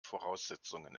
voraussetzungen